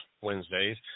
Wednesdays